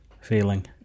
feeling